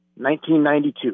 1992